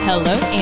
Hello